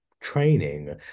training